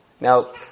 Now